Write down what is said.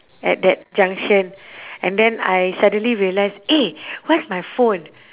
at that junction and then I suddenly realise eh where's my phone